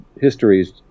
histories